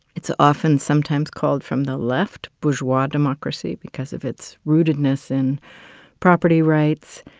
it's often sometimes called, from the left, bourgeois democracy, because of its rootedness in property rights,